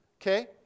Okay